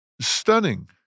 Stunning